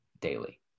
daily